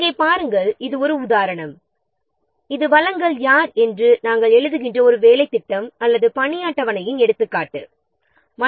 இங்கே பாருங்கள் இது ஒரு நாம் எழுதும் வேலையின் திட்டம் அல்லது பணி அட்டவணையின் எடுத்துக்காட்டு ஆகும்